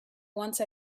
once